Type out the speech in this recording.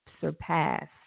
surpassed